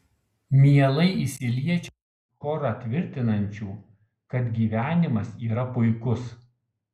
mielai įsiliečiau į chorą tvirtinančių kad gyvenimas yra puikus